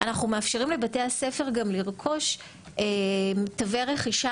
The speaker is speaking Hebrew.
אנחנו מאפשרים גם לבתי הספר לרכוש תווי רכישה